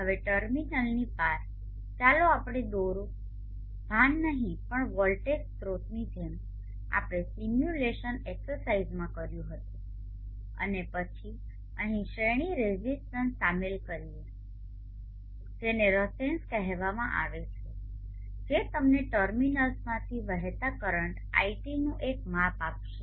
હવે ટર્મિનલની પાર ચાલો આપણે દોરો ભાર નહીં પણ વોલ્ટેજ સ્ત્રોતની જેમ આપણે સિમ્યુલેશન એક્સરસાઇઝમાં કર્યું હતું અને પછી અહીં શ્રેણી રેઝિસ્ટન્સ શામેલ કરીએ જેને રસેન્સ કહેવામાં આવે છે જે તમને ટર્મિનલ્સમાંથી વહેતા કરન્ટ iT નું એક માપ આપશે